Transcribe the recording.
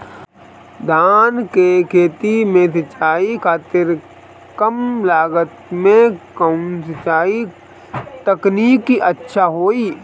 धान के खेती में सिंचाई खातिर कम लागत में कउन सिंचाई तकनीक अच्छा होई?